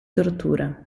tortura